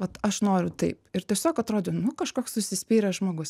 vat aš noriu taip ir tiesiog atrodė nu kažkoks užsispyręs žmogus